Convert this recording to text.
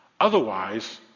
Otherwise